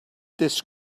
this